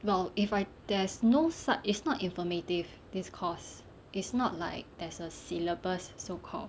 well if I there's no such it's not informative this course is not like there's a syllabus so called